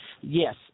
Yes